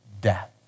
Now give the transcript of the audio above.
death